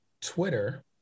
Twitter